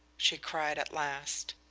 she cried at last.